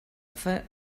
fer